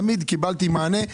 תמיד קיבלתי מענה.